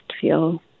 feel